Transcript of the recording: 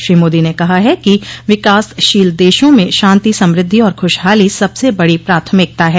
श्री मोदी ने कहा है कि विकासशील देशों में शांति समृद्धि और खुशहाली सबसे बड़ी प्राथमिकता है